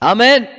Amen